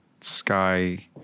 sky